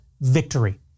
victory